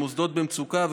של מוסדות במצוקה,